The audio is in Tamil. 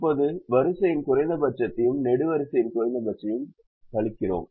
இப்போது வரிசையின் குறைந்தபட்சத்தையும் நெடுவரிசை குறைந்தபட்சத்தையும் கழிக்கிறோம்